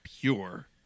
pure